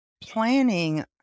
Planning